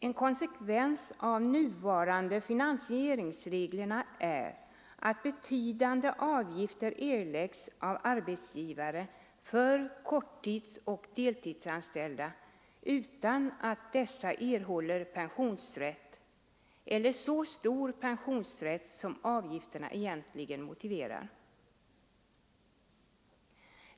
En konsekvens av de nuvarande finansieringsreglerna är att betydande avgifter erläggs av arbetsgivare för korttidsoch deltidsanställda, utan att dessa erhåller pensionsrätt eller så stor pension som avgifterna skulle motivera.